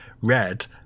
red